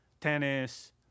tennis